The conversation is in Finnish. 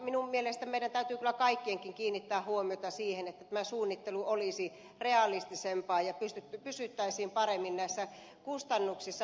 minun mielestäni meidän täytyy kyllä kaikkienkin kiinnittää huomiota siihen että tämä suunnittelu olisi realistisempaa ja pysyttäisiin paremmin näissä kustannuksissa